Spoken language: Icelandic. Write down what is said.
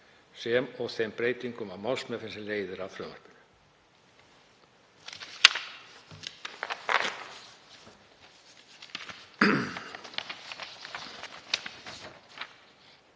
sem og þeim breytingum á málsmeðferð sem leiðir af frumvarpinu.